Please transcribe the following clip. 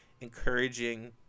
encouraging